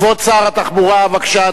כבוד שר התחבורה, בבקשה,